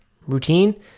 routine